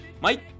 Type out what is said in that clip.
Mike